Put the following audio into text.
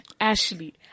Ashley